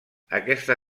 aquesta